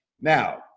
Now